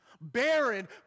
Barren